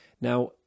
Now